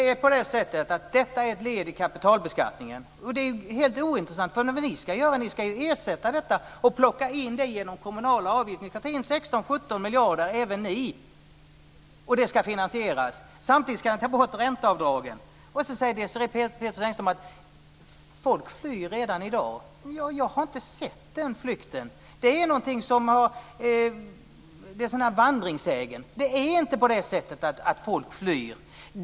Fru talman! Detta är ett led i kapitalbeskattningen. Det är helt ointressant för hur ni ska göra, för ni ska ju ersätta detta och plocka in det genom kommunala avgifter. Ni ska ta in 16-17 miljarder, även ni, och det ska finansieras. Samtidigt ska ni ta bort ränteavdragen. Då säger Desirée Pethrus Engström att folk flyr redan i dag. Jag har inte sett den flykten. Det är en vandringssägen. Det är inte på det sättet att folk flyr.